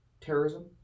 terrorism